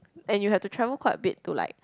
and you have to travel quite a bit to like